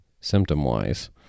symptom-wise